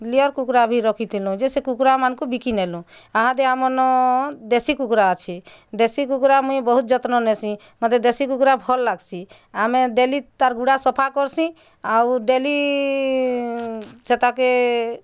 layer କୁକୁଡ଼ା ବି ରଖିଥିଲୁ ଯେ ସେ କୁକୁଡ଼ା ମାନଙ୍କୁ ବିକି ଦେଲୁ ଆହାଦେ ଆମନ ଦେଶୀ କୁକୁଡ଼ା ଅଛି ଦେଶୀ କୁକୁଡ଼ା ମୁଇଁ ବହୁତ ଯତ୍ନ ନେସି ମୋତେ ଦେଶୀ କୁକୁଡ଼ା ଭଲ୍ ଲାଗ୍ସି ଆମେ ଡେଲି ତାର୍ ଗୁଡ଼ା ସଫା କର୍ସି ଆଉ ଡେଲି ସେତା କେ